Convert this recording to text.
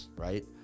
right